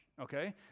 Okay